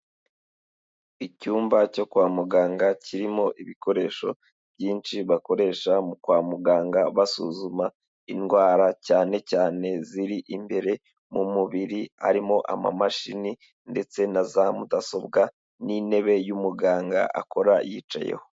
Icyumba cyo kwa muganga kirimo ibikoresho byinshi bakoresha kwa muganga basuzuma indwara, cyane cyane ziri imbere mu mubiri harimo amamashini ndetse na za mudasobwa n'intebe y'umuganga akora yicayeho.